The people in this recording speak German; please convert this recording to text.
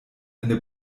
eine